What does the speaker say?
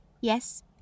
Yes